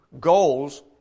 goals